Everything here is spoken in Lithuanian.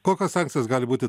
kokios sankcijos gali būti